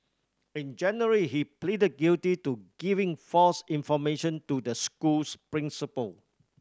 in January he pleaded guilty to giving false information to the school's principal